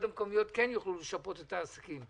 המקומיות כן יוכלו לשפות את העסקים,